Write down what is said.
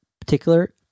particular